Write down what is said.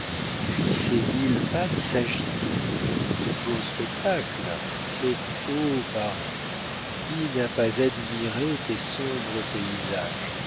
puis ses mille pattes s'agitent beau spectacle mais ô paris qui n'a pas admiré tes sombres paysages